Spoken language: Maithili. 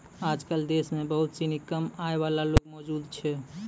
आजकल देश म बहुत सिनी कम आय वाला लोग मौजूद छै